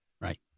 Right